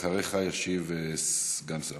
אחריך ישיב סגן שר